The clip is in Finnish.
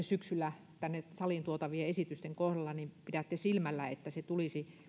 syksyllä tänne saliin tuotavien esitysten kohdalla tulisi